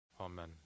Amen